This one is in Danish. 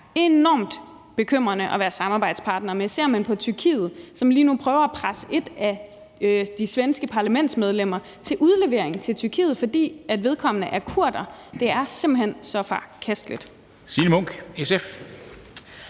enormt bekymrende at være samarbejdspartnere med. Man kan se på Tyrkiet, som lige nu prøver at presse et af de svenske parlamentsmedlemmer til udlevering til Tyrkiet, fordi vedkommende er kurder. Det er simpelt hen så forkasteligt. Kl.